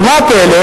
אבל מה הפלא?